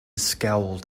scowled